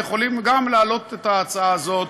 יכולים גם להעלות את ההצעה הזאת: